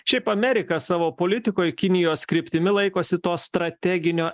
šiaip amerika savo politikoj kinijos kryptimi laikosi to strateginio